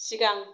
सिगां